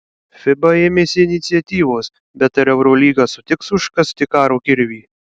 fiba ėmėsi iniciatyvos bet ar eurolyga sutiks užkasti karo kirvį